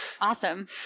Awesome